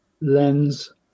lens